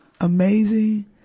amazing